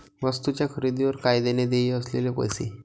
वस्तूंच्या खरेदीवर कायद्याने देय असलेले पैसे